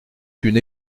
une